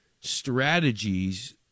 strategies